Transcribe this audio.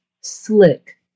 slick